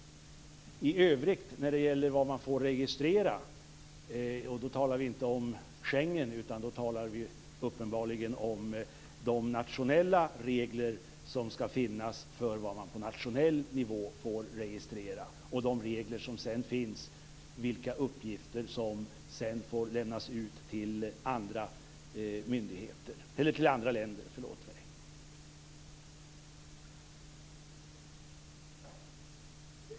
I övrigt vill jag säga något om vad man får registrera, och då talar vi inte om Schengen utan uppenbarligen om de nationella regler som skall finnas för vad man på nationell nivå får registrera och de regler som sedan finns för vilka uppgifter som sedan får lämnas ut till andra länder.